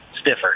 stiffer